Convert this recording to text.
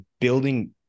building